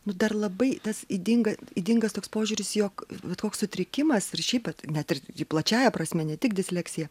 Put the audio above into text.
nu dar labai tas ydinga ydingas toks požiūris jog bet koks sutrikimas ir šiaip net ir plačiąja prasme ne tik disleksija